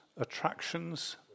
attractions